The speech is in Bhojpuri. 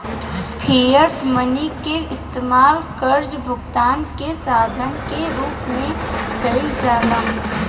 फिएट मनी के इस्तमाल कर्जा भुगतान के साधन के रूप में कईल जाला